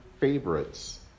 favorites